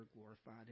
glorified